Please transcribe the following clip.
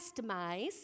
customize